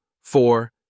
four